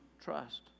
trust